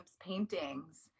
paintings